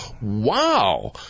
Wow